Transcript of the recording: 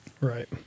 Right